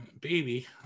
Baby